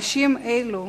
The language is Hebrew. אנשים אלו,